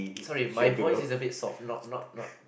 sorry my voice is a bit soft not not not